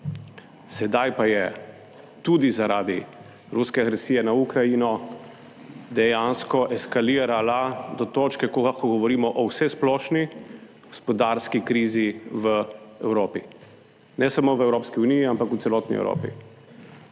sedaj pa je tudi, zaradi ruske agresije na Ukrajino dejansko ekshalirala do točke, ko lahko govorimo o vsesplošni gospodarski krizi v Evropi, ne samo v Evropski uniji, ampak v celotni Evropi.